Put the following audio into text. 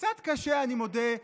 קצת קשה, אני מודה,